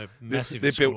Massive